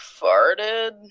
farted